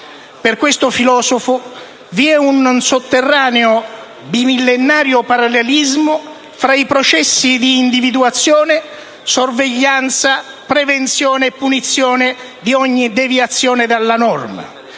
Per questo filosofo vi è un sotterraneo di millenari parallelismi fra i processi di individuazione, sorveglianza, prevenzione e punizione di ogni deviazione dalla norma